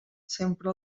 sempre